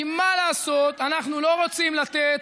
אתה צריך לעשות גילוי נאות.